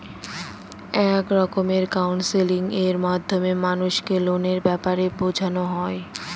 এক রকমের কাউন্সেলিং এর মাধ্যমে মানুষকে লোনের ব্যাপারে বোঝানো হয়